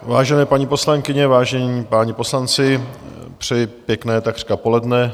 Vážené paní poslankyně, vážení páni poslanci, přeji pěkné takřka poledne.